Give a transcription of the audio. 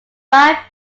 five